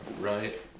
right